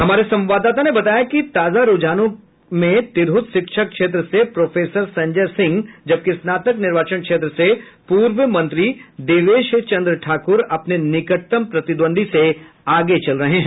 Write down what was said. हमारे संवाददाता ने बताया कि ताजा रूझानों में तिरहुत शिक्षक क्षेत्र से प्रोफेसर संजय सिंह जबकि स्नातक निर्वाचन क्षेत्र से पूर्व मंत्री देवेश चंद्र ठाकुर अपने निकटतम प्रतिद्वंद्वी से आगे चल रहे हैं